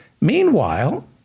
Meanwhile